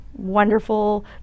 wonderful